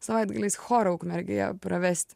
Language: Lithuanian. savaitgaliais chorą ukmergėje pravesti